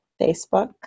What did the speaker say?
Facebook